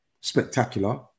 spectacular